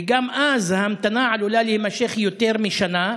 וגם אז ההמתנה עלולה להימשך יותר משנה.